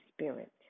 spirit